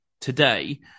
today